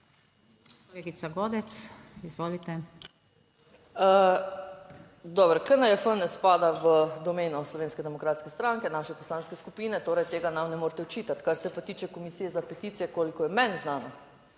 SDS):** Dobro, KNJF ne spada v domeno Slovenske demokratske stranke, naše poslanske skupine, torej, tega nam ne morete očitati. Kar se pa tiče Komisije za peticije, kolikor je meni znano,